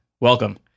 welcome